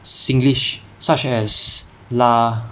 singlish such as lah